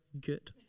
good